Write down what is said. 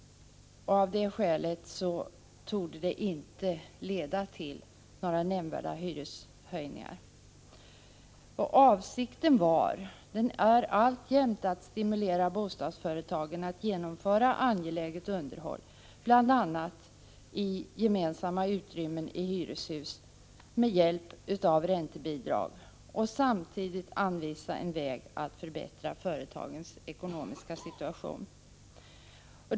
Av det skälet torde det föreliggande förslaget inte leda till några nämnvärda hyreshöjningar. Avsikten var och är alltjämt att stimulera bostadsföretagen att med hjälp av 153 räntebidrag genomföra angeläget underhåll, bl.a. i gemensamma utrymmen i hyreshus, och att samtidigt anvisa en väg att förbättra företagens ekonomiska situation.